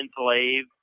enslave